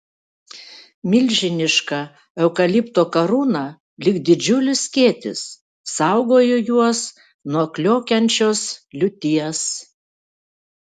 milžiniška eukalipto karūna lyg didžiulis skėtis saugojo juos nuo kliokiančios liūties